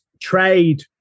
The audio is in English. trade